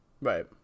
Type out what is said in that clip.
Right